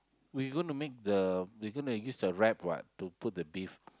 we gonna make the we gonna use the wrap what to put the beef